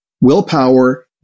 Willpower